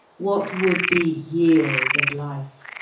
what would be years of life?